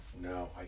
No